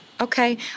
Okay